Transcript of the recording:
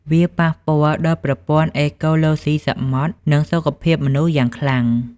វាប៉ះពាល់ដល់ប្រព័ន្ធអេកូឡូស៊ីសមុទ្រ និងសុខភាពមនុស្សយ៉ាងខ្លាំង។